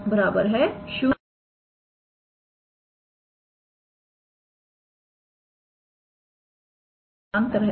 तो इसका मतलब यह दोनों सदिशआपस में समानांतर है